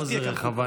אבל תהיה כאן חוקה.